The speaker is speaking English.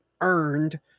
earned